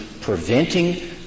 preventing